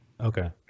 Okay